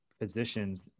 physicians